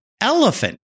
Elephant